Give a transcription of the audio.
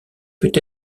peut